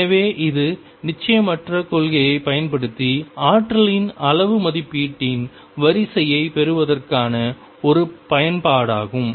எனவே இது நிச்சயமற்ற கொள்கையைப் பயன்படுத்தி ஆற்றலின் அளவு மதிப்பீட்டின் வரிசையைப் பெறுவதற்கான ஒரு பயன்பாடாகும்